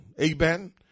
Amen